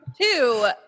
two